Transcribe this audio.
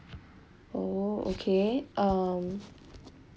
oh okay um